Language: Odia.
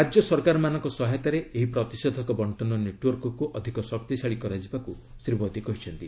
ରାଜ୍ୟ ସରକାରମାନଙ୍କ ସହାୟତାରେ ଏହି ପ୍ରତିଷେଧକ ବଣ୍ଟନ ନେଟ୍ୱାର୍କକୁ ଅଧିକ ଶକ୍ତିଶାଳୀ କରାଯିବାକୁ ଶ୍ରୀ ମୋଦି କହିଛନ୍ତି